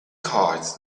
cards